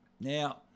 Now